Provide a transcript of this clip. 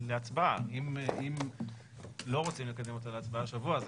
להצבעה, אם לא רוצים לקדם אותה להצבעה השבוע אז